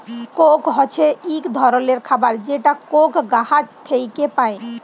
Coke হছে ইক ধরলের খাবার যেটা কোক গাহাচ থ্যাইকে পায়